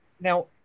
Now